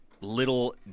little